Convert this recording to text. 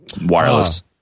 wireless